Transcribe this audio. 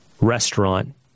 restaurant